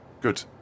good